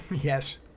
Yes